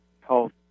health